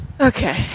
Okay